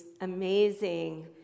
amazing